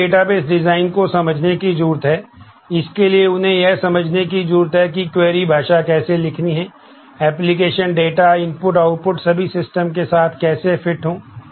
तो उन्हें database design को समझने की जरूरत है इसके लिए उन्हें यह समझने की ज़रूरत है कि क्वेरी भाषा कैसे लिखनी है एप्लिकेशन डेटा इनपुट आउटपुट सभी सिस्टम के साथ कैसे फिट हों